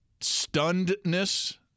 stunnedness